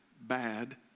Bad